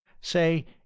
Say